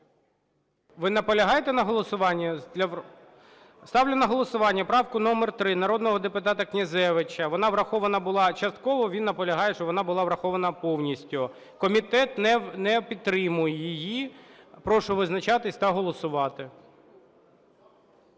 Ви наполягаєте на голосуванні? Ставляю на голосування правку номер 3 народного депутата Князевича, вона врахована була частково. Він наполягає, щоб вона була врахована повністю. Комітет не підтримує її. Прошу визначатися та голосувати.